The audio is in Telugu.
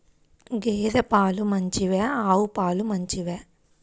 గేద పాలు మంచివా ఆవు పాలు మంచివా?